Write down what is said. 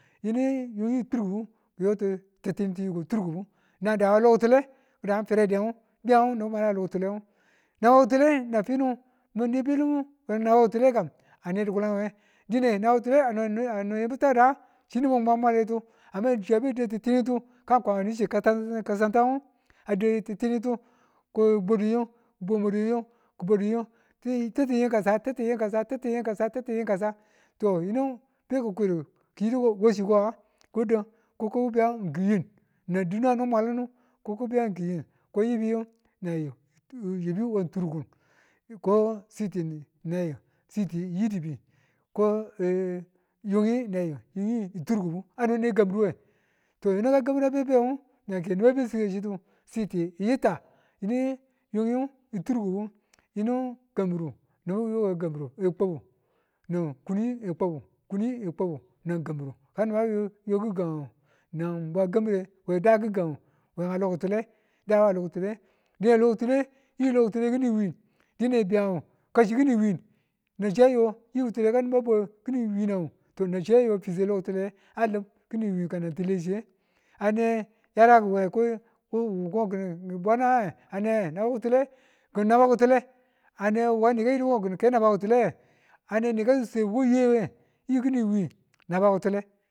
Yinu yungeyu turkubu kiyoti̱ titimtu yuko turkubu nan dawa lo ki̱tule kidan ngu ferediyan ngu tiyan ngu nibu kimadu we lo kịtule ngu, naba kitule naba ki̱tule nan finu, mini biyilimbu naba kịtule ane dịkulan we dine naba ki̱tule ano- anon yimbu takada chi nibu ki mwalu mwaletu ajuya a chi a yabe dou titinitu kwama hishi ksantang ngu a dau titintu ki̱bwadu ying ki̱bwadu ying ki bwadu yin titiyin kaza titiying yin kaza titiying yin kaza to yinu beki kwidu kiyidu ko wachi ka nga ko dan kiku kiku biyan kiyin nan dinda no bwalen nu ko kiku biyan kin yin, koyibiyu nan yiyu yibi wanturkun ko siti yidibinn yungi nan yiyu yungi turkubu ano ne kambirwe to yinu ke kambira be nge benge nanke niba be sike sittu siti yitta yinu yungiyu turkubu yinu yinu kambiru ikubu nan kuni kubu nan kambiru nan bwa kambire weda kikanne we a lo kitule we da lo kitule dine lo kitule yikin wiin dine biyan ngu nan chiya yo fuswe lokitule alim kini wiin kanan titlle chiye ane yaraku we wu kokin bwana yange anewe naba kitule aneni ka yiduko kin ke naba kitulewe aneni kasute wurewa yiwe.